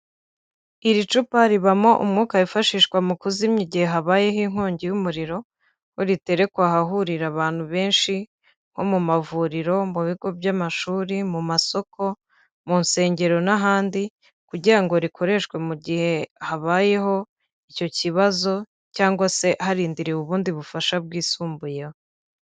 Iri cupa ribamo umwuka wifashishwa mu kuzimya igihe habayeho inkongi y'umuriro aho riterekwa ahahurira abantu benshi nko mu mavuriro, mu bigo by'amashuri, mu masoko, mu nsengero n'ahandi.... kugira ngo rikoreshwe mu gihe habayeho icyo kibazo cyangwa se harindiriwe ubundi bufasha bwisumbuyeho.